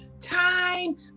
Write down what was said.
time